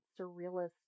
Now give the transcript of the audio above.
surrealist